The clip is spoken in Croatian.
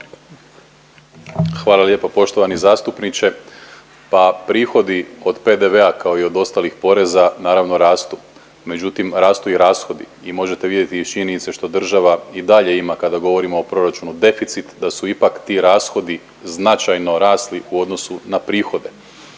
Hvala lijepo poštovani zastupniče. Pa prihodi od PDV-a kao i od ostalih poreza naravno rastu, međutim rastu i rashodi i možete vidjeti iz činjenice što država i dalje ima kada govorimo o proračunu deficit da su ipak ti rashodi značajno rasli u odnosu na prihode.